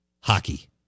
hockey